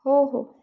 हो हो